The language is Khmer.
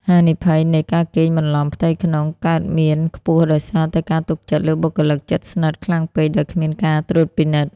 ហានិភ័យនៃ "ការកេងបន្លំផ្ទៃក្នុង" កើតមានខ្ពស់ដោយសារតែការទុកចិត្តលើបុគ្គលិកជិតស្និទ្ធខ្លាំងពេក ដោយគ្មានការត្រួតពិនិត្យ។